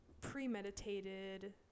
premeditated